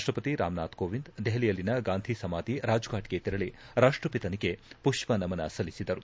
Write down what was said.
ರಾಷ್ಟಪತಿ ರಾಮನಾಥ್ ಕೋವಿಂದ್ ದೆಹಲಿಯಲ್ಲಿನ ಗಾಂಧಿ ಸಮಾಧಿ ರಾಜ್ಫಾಟ್ಗೆ ತೆರಳಿ ರಾಷ್ಟಪಿತನಿಗೆ ಪುಷ್ಪ ನಮನ ಸಲ್ಲಿಸಿದರು